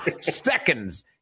Seconds